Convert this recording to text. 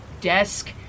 desk